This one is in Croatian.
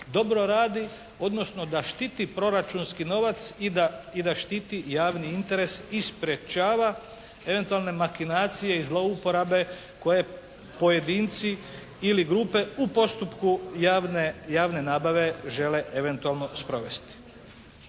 dobro radi, odnosno da štiti proračunski novac i da štiti javni interes i sprječava eventualne makinacije i zlouporabe koje pojedinci ili grupe u postupku javne nabave žele eventualno sprovesti.